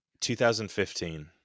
2015